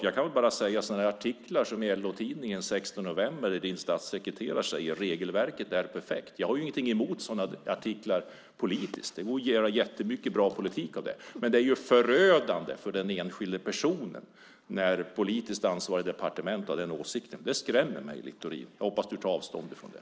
Jag kan bara nämna en artikel i LO-Tidningen den 16 november där din statssekreterare säger att regelverket är perfekt. Jag har ingenting mot sådana artiklar politiskt. Det går att göra jättebra politik av det. Men det är förödande för den enskilde personen när politiskt ansvarigt departement har den åsikten. Det skrämmer mig, Littorin. Jag hoppas att du tar avstånd från det.